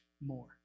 more